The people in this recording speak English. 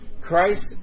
Christ